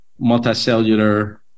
multicellular